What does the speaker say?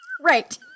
Right